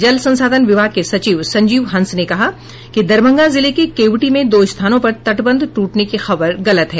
जल संसाधन विभाग के सचिव संजीव हंस ने कहा है कि दरभंगा जिले के केवटी में दो स्थानों पर तटबंध ट्रटने की खबर गलत है